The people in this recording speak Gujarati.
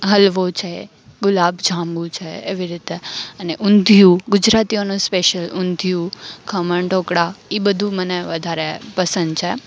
હલવો છે ગુલાબ જાંબુ છે એવી રીતે અને ઊંધિયું ગુજરાતીઓનું સ્પેશિયલ ઊંધિયું ખમણ ઢોકળા ઈ બધુ મને વધારે પસંદ છે